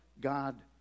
God